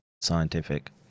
scientific